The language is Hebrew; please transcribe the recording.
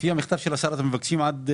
הבן שלי טס עם אל על; הוא קצין בצבא.